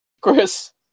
Chris